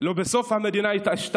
לבסוף המדינה התעשתה,